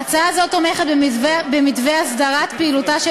ההצעה הזו תומכת במתווה הסדרת פעילותה של